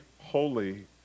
holy